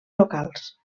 locals